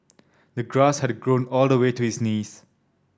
the grass had grown all the way to his knees